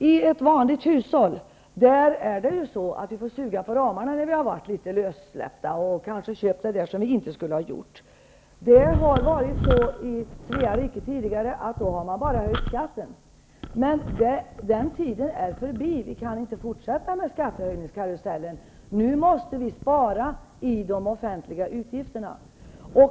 I ett vanligt hushåll får vi suga på ramarna när vi har varit litet lössläppta och köpt det som vi inte skulle ha gjort. I Svea rike har det tidigare varit så att man bara har höjt skatten. Den tiden är förbi. Vi kan inte fortsätta med skattehöjningskarusellen. Nu måste vi spara i de offentliga utgifterna.